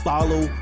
Follow